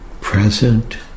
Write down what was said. present